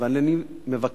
אבל אני מבקש,